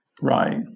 Right